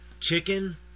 Chicken